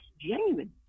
genuine